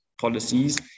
policies